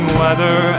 weather